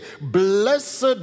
Blessed